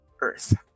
Earth